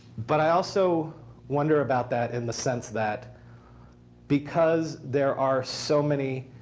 but i also wonder about that in the sense that because there are so many